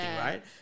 right